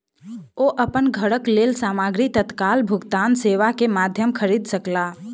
ओ अपन घरक लेल सामग्री तत्काल भुगतान सेवा के माध्यम खरीद सकला